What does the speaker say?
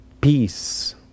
peace